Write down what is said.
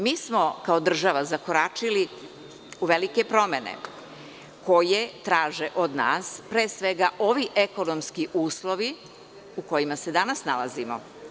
Mi smo kao država zakoračili u velike promene koje traže od nas, pre svega, ovi ekonomski uslovi u kojima se danas nalazimo.